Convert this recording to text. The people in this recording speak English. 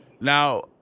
Now